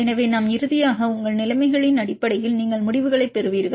எனவே நாம் இறுதியாக உங்கள் நிலைமைகளின் அடிப்படையில் நீங்கள் முடிவுகளைப் பெறுவீர்கள்